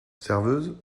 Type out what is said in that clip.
serveuse